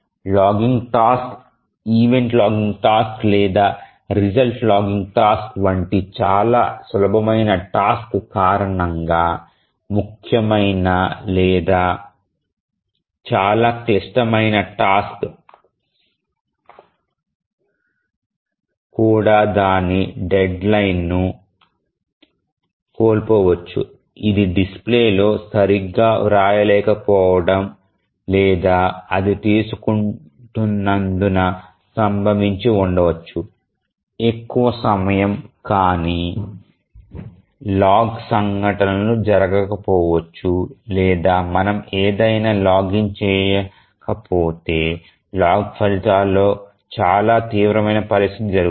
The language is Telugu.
logging task event logging task లేదా రీసల్ట్ లాగింగ్ టాస్క్ వంటి చాలా సులభమైన టాస్క్ కారణంగా చాలా ముఖ్యమైన లేదా చాలా క్లిష్టమైన టాస్క్ కూడా దాని డెడ్లైన్ను కోల్పోవచ్చు ఇది డిస్క్లో సరిగ్గా వ్రాయలేక పోవడం లేదా అది తీసుకుంటున్నందున సంభవించి ఉండవచ్చు ఎక్కువ సమయం కానీ లాగ్ సంఘటనలు జరగకపోతే లేదా మనం ఏదైనా లాగిన్ చేయకపోతే లాగ్ ఫలితాల్లో చాలా తీవ్రమైన పరిస్థితి జరుగుతుంది